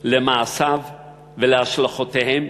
למעשיו ולהשלכותיהם?